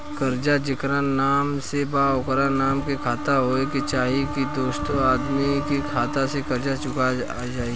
कर्जा जेकरा नाम से बा ओकरे नाम के खाता होए के चाही की दोस्रो आदमी के खाता से कर्जा चुक जाइ?